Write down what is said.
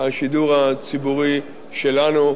השידור הציבורי שלנו,